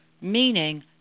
meaning